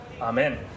Amen